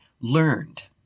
learned